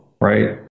right